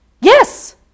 Yes